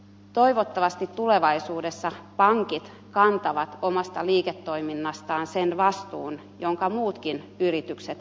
toivottavasti tulevaisuudessa pankit kantavat omasta liiketoiminnastaan sen vastuun jonka muutkin yritykset kantavat